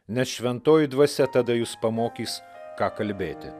nes šventoji dvasia tada jus pamokys ką kalbėti